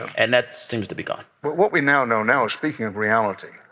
and that seems to be gone well, what we now know now, speaking of reality,